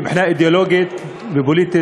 מבחינה אידיאולוגית ופוליטית,